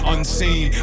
Unseen